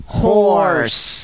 horse